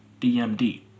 DMD